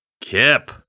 Kip